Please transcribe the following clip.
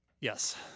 Yes